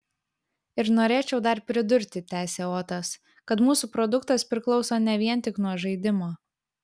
ir norėčiau dar pridurti tęsė otas kad mūsų produktas priklauso ne vien tik nuo žaidimo